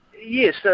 Yes